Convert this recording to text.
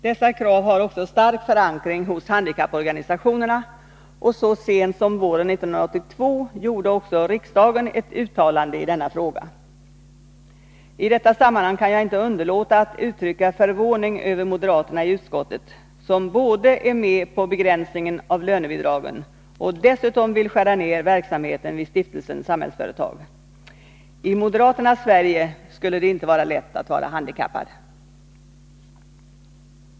Dessa krav har en stark förankring hos handikapporganisationerna. Så sent som våren 1982 gjorde riksdagen ett uttalande i denna fråga. I detta sammanhang kan jag inte underlåta att uttrycka förvåning över att moderaterna i utskottet både är med på begränsningen av lönebidragen och dessutom vill skära ner verksamheten vid Stiftelsen Samhällsföretag. I moderaternas Sverige skulle det inte vara lätt att vara handikappad!